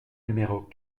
numéros